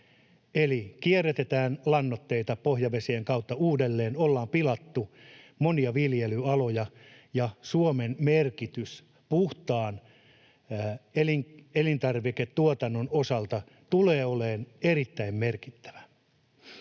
eli kierrätetään lannoitteita pohjavesien kautta uudelleen, ollaan pilattu monia viljelyaloja. Suomen merkitys puhtaan elintarviketuotannon osalta tulee olemaan erittäin merkittävä.